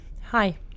Hi